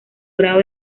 grado